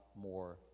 more